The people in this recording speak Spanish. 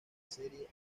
serie